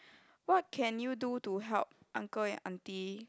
what can you do to help uncle and aunty